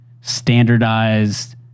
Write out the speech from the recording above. standardized